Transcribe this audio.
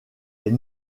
est